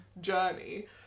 journey